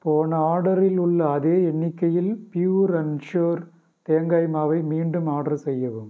போன ஆர்டரில் உள்ள அதே எண்ணிக்கையில் ப்யூர் அண்ட் ஷுர் தேங்காய் மாவை மீண்டும் ஆர்டர் செய்யவும்